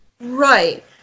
Right